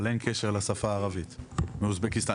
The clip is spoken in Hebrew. אבל אין קשר לשפה הערבית באוזבקיסטן,